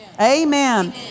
Amen